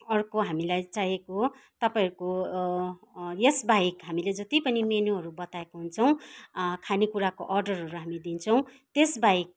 अर्को हामीलाई चाहिएको तपाईँहरूको यस बाहेक हामीले जति पनि मेन्यूहरू बताएको हुन्छौँ खानेकुराको अर्डरहरू हामी दिन्छौँ त्यस बाहेक